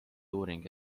uuring